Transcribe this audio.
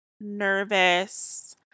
nervous